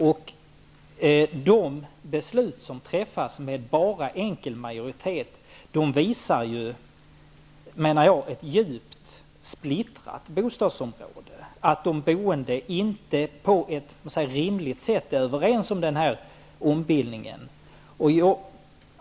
De beslut som fattas med bara enkel majoritet visar, menar jag, ett djupt splittrat bostadsområde -- att de boende inte på ett rimligt sätt är överens om ombildningen.